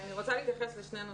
אני רוצה להתייחס לשני נושאים.